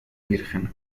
virgen